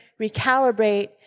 recalibrate